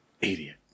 Idiot